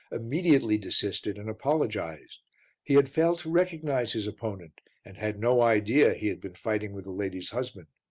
immediately desisted and apologized he had failed to recognize his opponent and had no idea he had been fighting with the lady's husband.